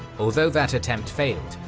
although that attempt failed,